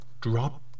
drop